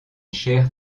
chair